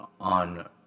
on